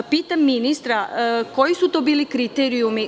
Pitam ministra – koji su to bili kriterijumi?